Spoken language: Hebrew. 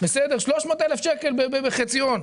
300,000 שקל בחציון,